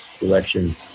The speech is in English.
election